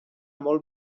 molt